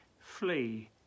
flee